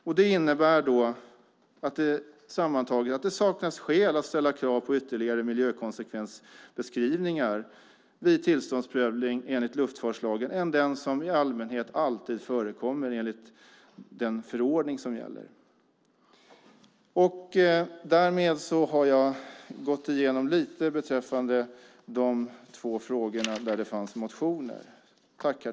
Detta innebär sammantaget att det saknas skäl att ställa krav på ytterligare miljökonsekvensbeskrivningar vid tillståndsprövning enligt luftfartslagen än den som i allmänhet alltid förekommer enligt den förordning som gäller. Därmed har jag gått igenom lite grann beträffande de två frågor där det finns motioner.